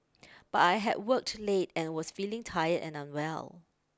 but I had worked late and was feeling tired and unwell